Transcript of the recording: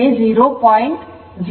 04 ಇರುತ್ತದೆ